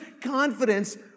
confidence